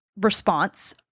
response